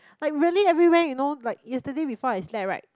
like really everywhere you know like yesterday before I slept right